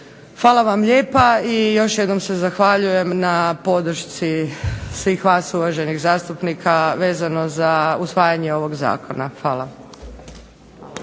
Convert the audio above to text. Hvala vam lijepa i još jednom se zahvaljujem na podršci svih uvaženih zastupnika vezano za usvajanje ovog zakona. Hvala.